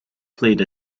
played